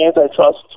antitrust